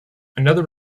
another